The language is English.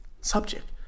subject